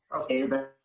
Okay